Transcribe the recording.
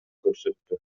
көрсөттү